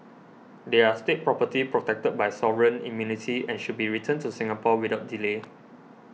they are State property protected by sovereign immunity and should be returned to Singapore without delay